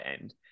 end